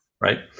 right